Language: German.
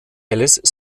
alice